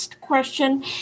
question